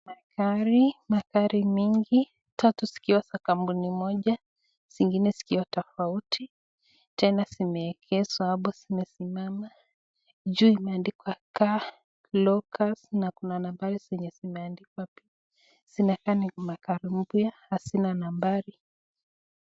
Magari, magari mingi. Tatu zikiwa za kampuni moja, zingine zikiwa tofauti. Tena zimeegeshwa ama zimesimama. Juu imeandikwa Car Locals na kuna nambari zenye zimeandikwa pia. Zinakaa ni magari mpya, hazina nambari.